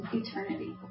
eternity